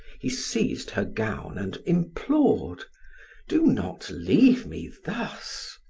he seized her gown and implored do not leave me thus.